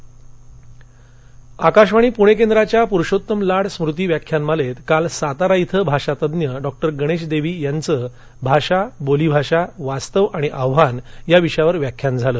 आकाशवाणी व्याख्यान आकाशवाणी पुणछिंद्राच्या पुरुषोत्तम लाड स्मृती व्याख्यानमालत्त काल सातारा इथं भाषातज्ञ डॉ गणधीदक्षी यांचं भाषा बोलीभाषा वास्तव आणि आव्हान या विषयावर व्याख्यान झालं